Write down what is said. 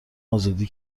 آزادی